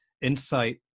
insight